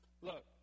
Look